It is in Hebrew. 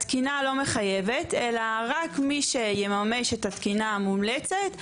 התקינה לא מחייבת אלא רק מי שיממש את התקינה המומלצת,